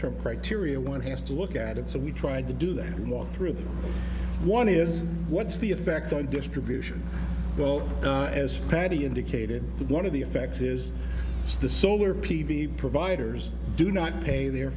term criteria one has to look at it so we tried to do that and walk through that one is what's the effect on distribution as patty indicated one of the effects is the solar p v providers do not pay their